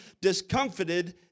discomfited